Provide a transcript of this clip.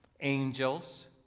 angels